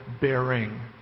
bearing